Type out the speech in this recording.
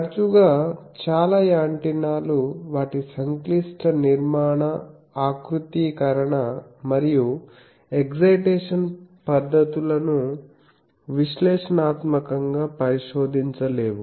తరచుగా చాలా యాంటెన్నాలు వాటి సంక్లిష్ట నిర్మాణ ఆకృతీకరణ మరియు ఎక్సైటేషన్ పద్ధతులను విశ్లేషణాత్మకంగా పరిశోధించలేవు